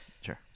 sure